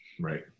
Right